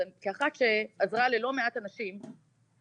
אז כאחת שעזרה ללא מעט אנשים לגשת,